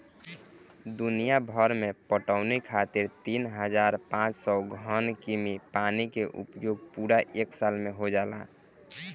दुनियाभर में पटवनी खातिर तीन हज़ार पाँच सौ घन कीमी पानी के उपयोग पूरा एक साल में हो जाला